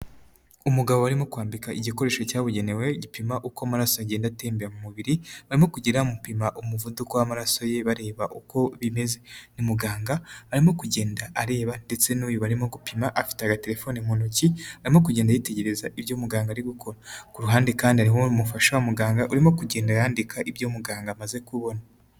Umugabo barimo kwandika igikoresho cyabugenewe gipima uko amaraso agenda atembera mu mubiri, barimo kugenda bamupima umuvuduko w'amaraso ye bareba uko bimeze, ni muganga arimo kugenda areba ndetse n'uyu bari arimo gupima afite agatelefone mu ntoki arimo kugenda yitegereza ibyo muganga ari gukora, ku ruhande kandi hariho umufasha wa muganga urimo kugenda yandika ibyo muganga amaze kubona.